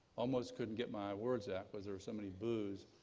almost couldn't get my words out, because there were so many boos.